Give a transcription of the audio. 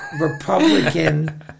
Republican